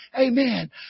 Amen